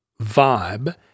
vibe